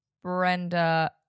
Brenda